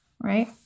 right